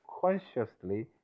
consciously